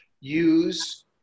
use